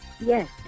Yes